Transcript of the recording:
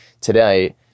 today